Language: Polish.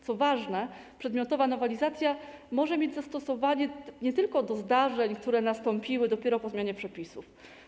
Co ważne, przedmiotowa nowelizacja może mieć zastosowanie nie tylko do zdarzeń, które nastąpiły dopiero po zmianie przepisów.